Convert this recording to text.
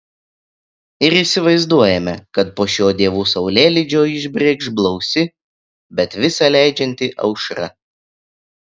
ir įsivaizduojame kad po šio dievų saulėlydžio išbrėkš blausi bet visa leidžianti aušra